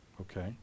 Okay